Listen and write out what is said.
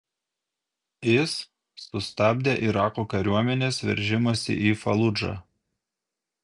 is sustabdė irako kariuomenės veržimąsi į faludžą